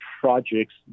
projects